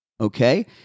okay